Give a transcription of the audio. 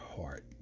heart